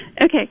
Okay